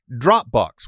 Dropbox